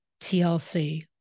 TLC